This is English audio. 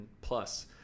plus